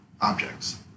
objects